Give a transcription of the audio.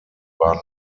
waren